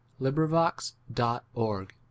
librivox.org